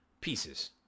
pieces